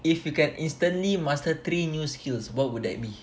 if you can instantly master three new skills what would that be